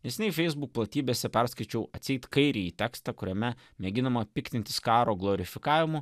nes nei facebook platybėse perskaičiau atseit kairįjį tekstą kuriame mėginama piktintis karo glorifikavimu